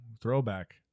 throwback